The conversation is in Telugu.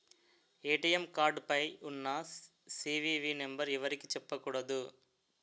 ఏ.టి.ఎం కార్డు పైన ఉన్న సి.వి.వి నెంబర్ ఎవరికీ చెప్పకూడదు